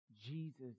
Jesus